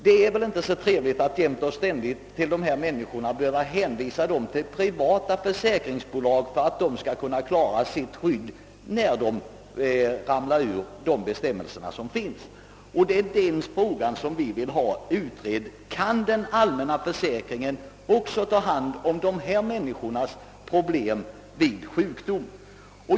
Det är inte tillfredsställande att alltid behöva hänvisa människorna till privata försäkringsbolag för att få hjälp med att klara sitt försäkringsskydd, när deras förhållanden inte passar in i de bestämmelser som gäller för den allmänna försäkringen. Det är denna fråga vi vill ha utredd: Kan den allmänna försäkringen också ta hand om dessa människors problem vid sjukdom?